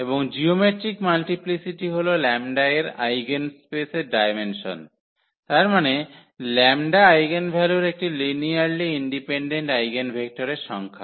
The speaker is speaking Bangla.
এবং জিওমেট্রিক মাল্টিপ্লিসিটি হল λ এর আইগেনস্পেসের ডায়মেনশন তার মানে λ আইগেনভ্যালুর একটি লিনিয়ারলি ইন্ডিপেনডেন্ট আইগেনভেক্টরের সংখ্যা